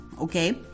okay